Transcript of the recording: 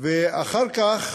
ואחר כך